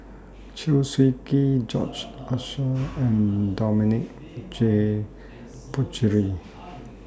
Chew Swee Kee George Oehlers and Dominic J Puthucheary